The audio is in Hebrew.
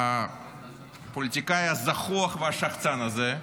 הפוליטיקאי הזחוח והשחצן הזה,